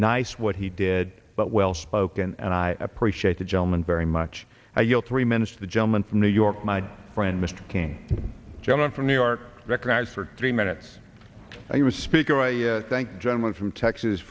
nice what he did but well spoken and i appreciate the gentleman very much i yield three minutes to the gentleman from new york my friend mr king john from new york recognized for three minutes i was speaker i thank the gentleman from texas